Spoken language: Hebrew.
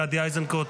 גדי איזנקוט,